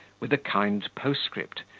with a kind postscript,